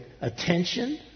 attention